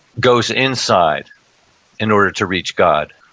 goes inside in order to reach god.